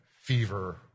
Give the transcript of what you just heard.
fever